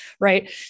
right